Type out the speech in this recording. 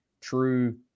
true